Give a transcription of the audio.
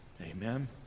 Amen